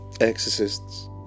exorcists